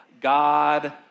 God